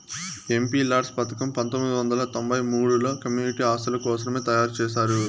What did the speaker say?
MPLADS పథకం పంతొమ్మిది వందల తొంబై మూడుల కమ్యూనిటీ ఆస్తుల కోసరమే తయారు చేశారు